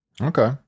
Okay